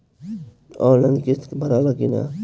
Online किस्त भराला कि ना?